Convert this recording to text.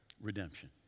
redemption